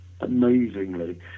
amazingly